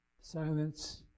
silence